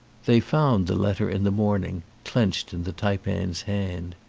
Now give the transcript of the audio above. they found the letter in the morning clenched in the taipan's hand.